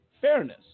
fairness